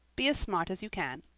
be as smart as you can.